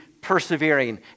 persevering